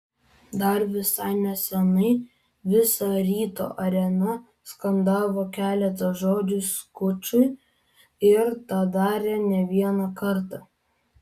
dar visai nesenai visa ryto arena skandavo keletą žodžių skučui ir tą darė ne vieną kartą